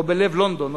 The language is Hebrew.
או בלב לונדון,